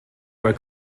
were